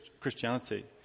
Christianity